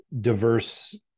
diverse